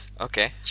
Okay